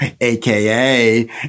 aka